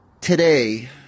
today